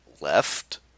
left